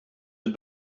het